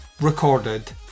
recorded